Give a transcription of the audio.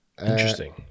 Interesting